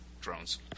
drones